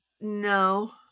no